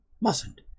mustn't